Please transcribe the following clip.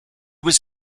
was